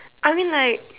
I mean like